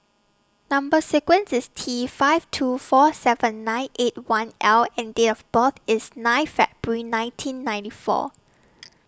Number sequence IS T five two four seven nine eight one L and Date of birth IS nine February nineteen ninety four